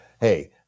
hey